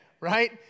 right